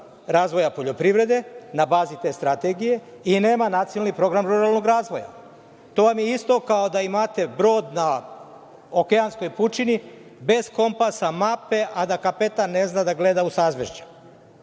razvoja poljoprivrede na bazi te strategije i nema nacionalni program ruralnog razvoja. To vam je isto, kao da imate brod na okeanskoj pučini bez kompasa, mape, a da kapetan ne zna da gleda u sazvežđa.